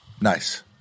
Nice